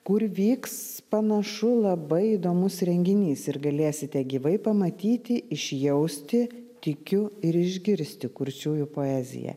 kur vyks panašu labai įdomus renginys ir galėsite gyvai pamatyti išjausti tikiu ir išgirsti kurčiųjų poeziją